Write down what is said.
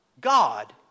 God